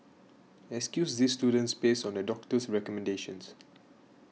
excuse these students based on a doctor's recommendations